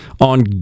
on